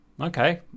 Okay